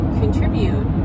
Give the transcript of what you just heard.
contribute